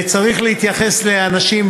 וצריך להתייחס לאנשים,